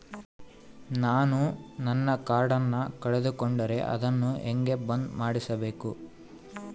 ನಾನು ನನ್ನ ಕಾರ್ಡನ್ನ ಕಳೆದುಕೊಂಡರೆ ಅದನ್ನ ಹೆಂಗ ಬಂದ್ ಮಾಡಿಸಬೇಕು?